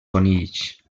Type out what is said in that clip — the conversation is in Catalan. conills